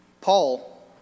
Paul